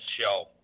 show